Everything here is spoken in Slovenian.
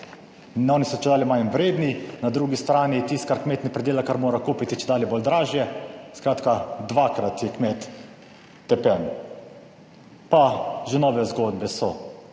in oni so čedalje manj vredni, na drugi strani tisto, kar kmet ne pridela, kar mora kupiti, čedalje bolj dražje, skratka, dvakrat je kmet tepen. Pa že nove zgodbe so.